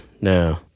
No